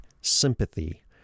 sympathy